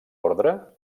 orde